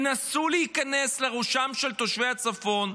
נסו להיכנס לראשם של תושבי הצפון,